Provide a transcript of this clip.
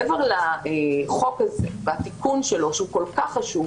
מעבר לחוק הזה והתיקון שלו שהוא כל כך חשוב,